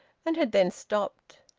and had then stopped.